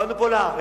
באנו פה לארץ.